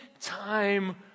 time